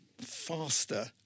faster